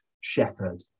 shepherd